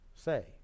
say